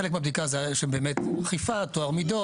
חלק מהבדיקה היה טוהר המידות,